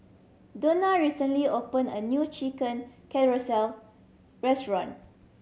Donna recently opened a new Chicken Casserole restaurant